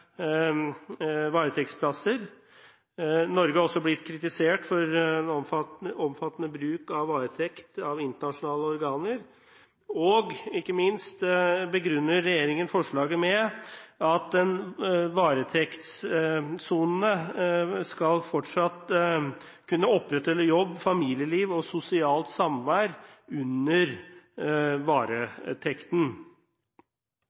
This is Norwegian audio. varetektsplasser. Norge har også blitt kritisert av internasjonale organer for omfattende bruk av varetekt, og regjeringen begrunner ikke minst forslaget med at den varetektssonende fortsatt skal kunne opprettholde en jobb, familieliv og sosialt samvær under